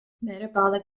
metabolic